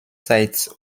sites